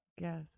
Yes